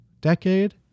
decade